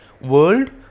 World